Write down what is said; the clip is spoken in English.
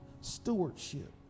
stewardship